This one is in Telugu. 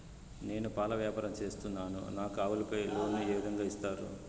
నేను పాల వ్యాపారం సేస్తున్నాను, నాకు ఆవులపై లోను ఏ విధంగా ఇస్తారు